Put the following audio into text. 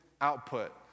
output